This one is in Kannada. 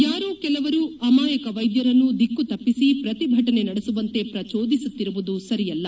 ಯಾರೋ ಕೆಲವರು ಅಮಾಯಕ ವೈದ್ಯರನ್ನು ದಿಕ್ಕು ತಪ್ಪಿಸಿ ಪ್ರತಿಭಟನೆ ನಡೆಸುವಂತೆ ಪ್ರಜೋದಿಸುತ್ತಿರುವುದು ಸರಿಯಲ್ಲ